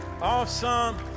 Awesome